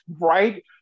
right